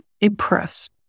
impressed